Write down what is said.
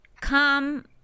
come